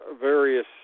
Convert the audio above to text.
various